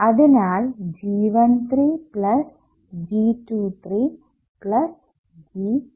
അതിനാൽ G13 plus G23 plus G33